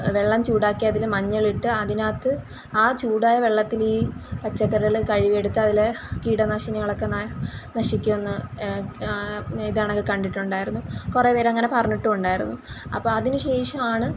വെള്ളം ചൂടാക്കി അതിൽ മഞ്ഞൾ ഇട്ട് അതിനകത്ത് ആ ചൂടായ വെള്ളത്തിൽ ഈ പച്ചക്കറികൾ കഴുകി എടുത്ത് അതിലെ കീടനാശിനികൾ ഒക്കെ ന നശിക്കുമെന്ന് ഇതേ കണക്ക് കണ്ടിട്ടുണ്ടായിരുന്നു കുറേ പേർ അങ്ങനെ പറഞ്ഞിട്ടും ഉണ്ടായിരുന്നു അപ്പോൾ അതിനു ശേഷമാണ്